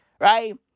right